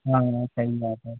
हाँ सही बात है